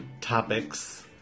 topics